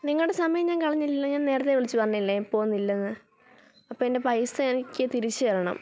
നിങ്ങളുടെ സമയം ഞാന് കളഞ്ഞില്ലല്ലോ ഞാന് നേരത്തെ വിളിച്ചു പറഞ്ഞില്ലേ പോകുന്നില്ലെന്ന് അപ്പോൾ എന്റെ പൈസ എനിക്ക് തിരിച്ചു തരണം